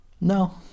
No